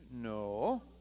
No